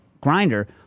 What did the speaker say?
grinder